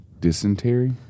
Dysentery